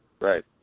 Right